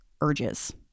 urges